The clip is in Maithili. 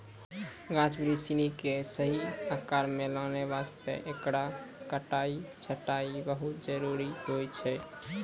गाछ बिरिछ सिनि कॅ सही आकार मॅ लानै वास्तॅ हेकरो कटाई छंटाई बहुत जरूरी होय छै